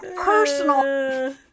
personal